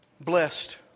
blessed